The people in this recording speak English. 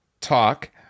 talk